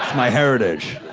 my heritage.